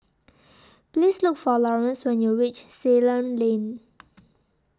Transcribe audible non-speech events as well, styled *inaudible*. *noise* Please Look For Lawrance when YOU REACH Ceylon Lane *noise*